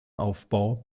aufbau